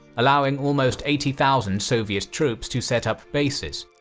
allowing almost eighty thousand soviet troops to set up bases.